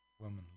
Woman